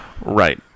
Right